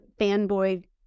fanboy